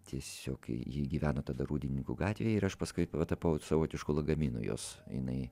tiesiog ji gyveno tada rūdininkų gatvėje ir aš paskui tapau savotišku lagaminu jos jinai